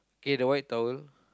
okay the white towel